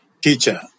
teacher